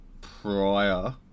prior